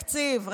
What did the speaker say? איזה תקציב,